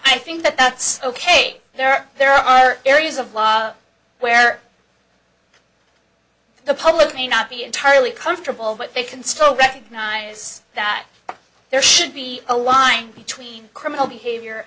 i think that that's ok there are there are areas of law where the public may not be entirely comfortable but they can still recognize that there should be a line between criminal behavior